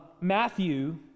Matthew